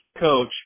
coach